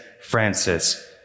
Francis